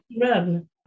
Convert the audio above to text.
run